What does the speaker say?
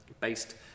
based